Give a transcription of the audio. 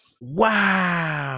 Wow